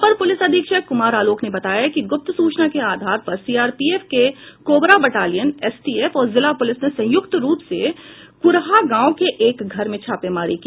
अपर police अधीक्षक कुमार आलोक ने बताया कि गुप्त सूचना के आधार पर सीआरपीएफ के कोबरा बटालियन एसटीएफ और जिला पुलिस ने संयुक्त रूप से कुरहा गांव के एक घर में छापेमारी की